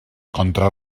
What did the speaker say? contra